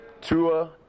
Tua